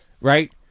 right